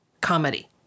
comedy